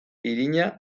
irina